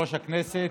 כיושב-ראש הכנסת.